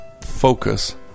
focus